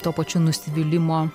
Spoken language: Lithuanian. tuo pačiu nusivylimo